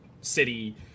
city